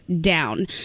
down